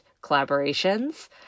collaborations